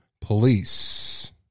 police